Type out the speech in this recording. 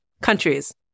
countries